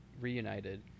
reunited